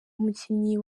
umukinnyi